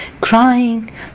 crying